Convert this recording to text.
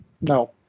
no